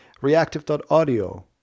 reactive.audio